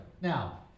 now